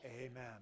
amen